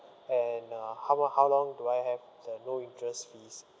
and uh how mu~ how long do I have the no interest fees